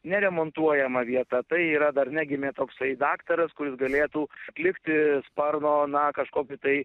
neremontuojama vieta tai yra dar negimė toksai daktaras kuris galėtų atlikti sparno na kažkokį tai